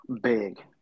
big